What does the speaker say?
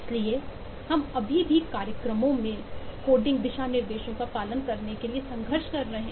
इसलिए हम अभी भी कार्यक्रमों में कोडिंग दिशानिर्देशों का पालन करने के लिए संघर्ष कर रहे हैं